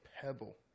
pebble